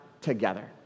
Together